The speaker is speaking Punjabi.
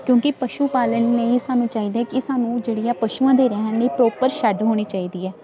ਕਿਉਂਕਿ ਪਸ਼ੂ ਪਾਲਣ ਲਈ ਸਾਨੂੰ ਚਾਹੀਦਾ ਕਿ ਇਹ ਸਾਨੂੰ ਜਿਹੜੀ ਆ ਪਸ਼ੂਆਂ ਦੇ ਰਹਿਣ ਲਈ ਪ੍ਰੋਪਰ ਸ਼ੈੱਡ ਹੋਣੀ ਚਾਹੀਦੀ ਹੈ